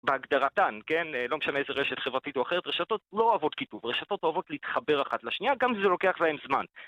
בהגדרתן, לא משנה איזה רשת חברתית או אחרת, רשתות לא אוהבות כיתוב, רשתות אוהבות להתחבר אחת לשנייה, גם אם זה לוקח להן זמן